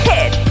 Hit